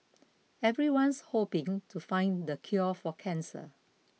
everyone's hoping to find the cure for cancer